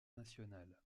national